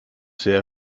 sehr